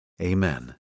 amen